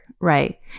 right